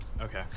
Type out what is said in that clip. Okay